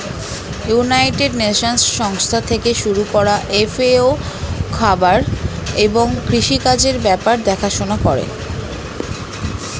United Nations সংস্থা থেকে শুরু করা এফ.এ.ও খাবার এবং কৃষি কাজের ব্যাপার দেখাশোনা করে